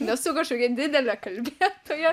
nesu kažkokia didelė kalbėtoja